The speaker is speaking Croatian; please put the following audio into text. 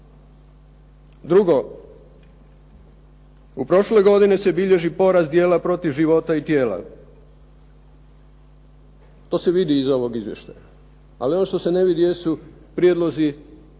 Drugo, u prošloj godini se bilježi porast dijela protiv života i tijela. To se vidi iz ovog izvještaja, ali ono što se ne vidi jesu prijedlozi koje bi